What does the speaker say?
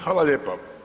Hvala lijepo.